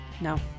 No